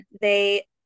They-